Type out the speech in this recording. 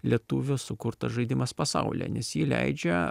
lietuvio sukurtas žaidimas pasaulyje nes ji leidžia